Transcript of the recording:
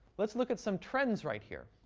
let's look at some trends right here.